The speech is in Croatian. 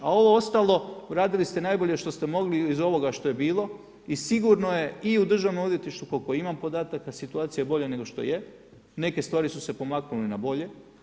A ovo ostalo, radili ste najbolje što ste mogli iz ovoga što je bilo i sigurno je i u državnom odvjetništvu, koliko imam podataka, situacija bolja nego što je, neke stvari su se pomaknule na bolje.